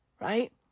right